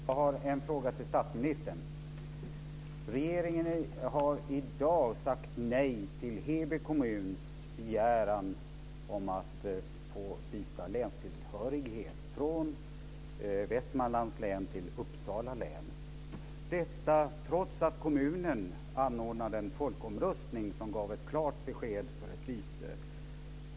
Fru talman! Jag har en fråga till statsministern. Regeringen har i dag sagt nej till Heby kommuns begäran om att få byta länstillhörighet från Västmanlands län till Uppsala län. Detta trots att kommunen anordnade en folkomröstning som gav ett klart besked för ett byte.